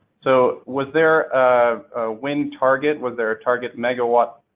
so, was there um a wind target? was there a target megawatt